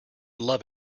love